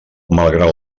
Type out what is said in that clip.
malgrat